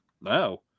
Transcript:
no